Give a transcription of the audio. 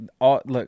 look